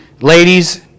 ladies